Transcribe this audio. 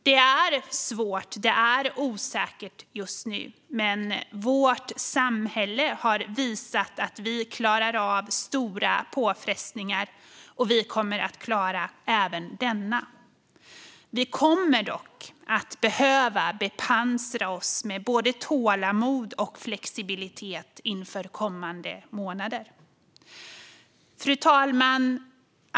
Det är svårt och osäkert just nu. Men vårt samhälle har visat att vi klarar av stora påfrestningar, och vi kommer att klara av även denna. Vi kommer dock att behöva bepansra oss med både tålamod och flexibilitet inför kommande månader. Fru talman!